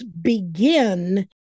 begin